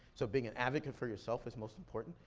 so being an advocate for yourself is most important.